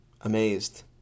amazed